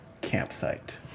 campsite